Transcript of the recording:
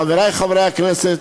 חברי חברי הכנסת,